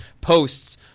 posts –